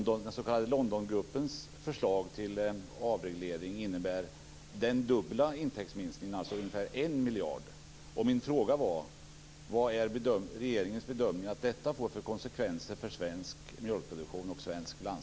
Den s.k. Londongruppens förslag till avreglering innebär den dubbla intäktsminskningen, alltså ungefär en miljard.